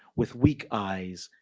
with weak eyes,